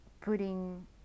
putting